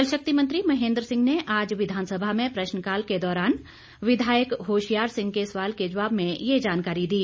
जल शक्ति मंत्री महेन्द्र सिंह ने आज विधानसभा में प्रश्नकाल के दौरान विधायक होशयार सिंह के सवाल के जवाब में ये जानकारी दी